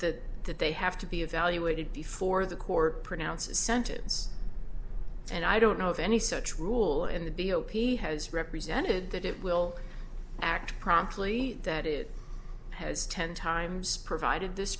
that they have to be evaluated before the court pronounces sentence and i don't know of any such rule and the b o p has represented that it will act promptly that it has ten times provided this